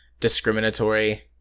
discriminatory